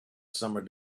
summer